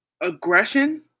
aggression